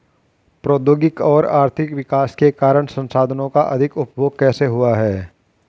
प्रौद्योगिक और आर्थिक विकास के कारण संसाधानों का अधिक उपभोग कैसे हुआ है?